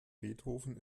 beethoven